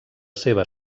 seva